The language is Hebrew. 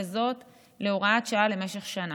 וזאת להוראת שעה למשך שנה.